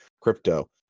crypto